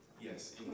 Yes